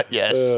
yes